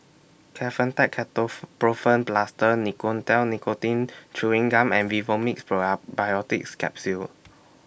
Kefentech Plaster Nicotinell Nicotine Chewing Gum and Vivomixx Capsule